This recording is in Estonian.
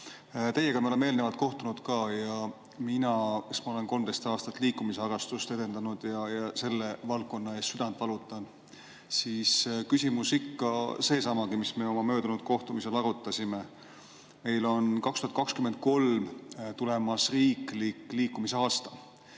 Teiega me oleme ka eelnevalt kohtunud ja minul, kes ma olen 13 aastat liikumisharrastust edendanud ja selle valdkonna pärast südant valutanud, on ikka seesama küsimus, mida me oma möödunud kohtumiselgi arutasime. Meil on 2023 tulemas riiklik liikumisaasta.